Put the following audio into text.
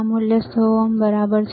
મૂલ્ય 100 ઓહ્મ બરાબર છે